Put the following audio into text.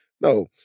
No